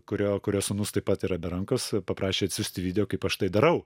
kurio kurio sūnus taip pat yra be rankos paprašė atsiųst video kaip aš tai darau